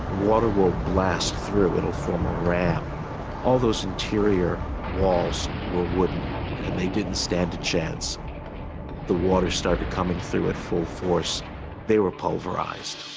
water will blast through it'll form around all those interior walls were wouldn't they didn't stand a chance the water started coming through at full force they were pulverized